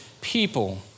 people